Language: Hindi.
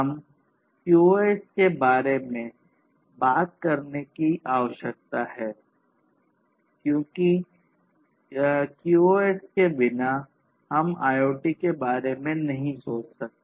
हमें क्यूओएस के बारे में बात करने की आवश्यकता है क्योंकि के बिना QoS हम IoT के बारे में नहीं सोच सकते